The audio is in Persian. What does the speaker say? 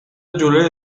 جلوی